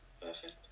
perfect